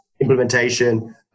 implementation